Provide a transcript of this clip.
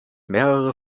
mehrere